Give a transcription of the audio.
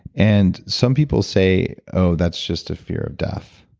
and some people say, oh, that's just a fear of death.